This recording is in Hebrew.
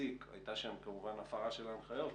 הייתה שם, כמובן, הפרה של ההנחיות.